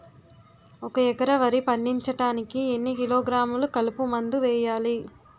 ఒక ఎకర వరి పండించటానికి ఎన్ని కిలోగ్రాములు కలుపు మందు వేయాలి?